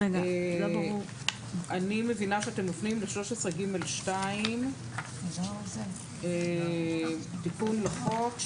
אני מבינה שאתם נותנים ב-13(ג)(2) תיקון לחוק,